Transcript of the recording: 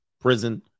prison